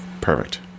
Perfect